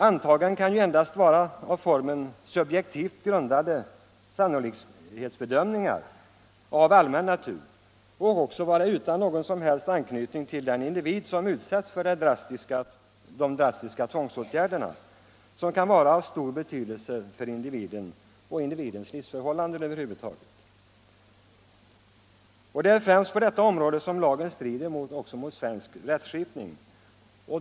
Antagandena kan ju endast vara subjektivt grundade sannolikhetsbedömningar av allmän natur och kan också sakna all anknytning till den individ som utsätts för dessa drastiska tvångsåtgärder, som kan komma att få stor inverkan på individens levnadsförhållanden. Det är främst på detta område som lagen också strider mot svensk 25 rättsskipning.